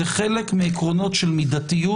זה חלק מעקרונות של מידתיות.